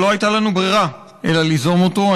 אבל לא הייתה לנו ברירה אלא ליזום אותו.